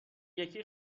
یکی